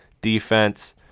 defense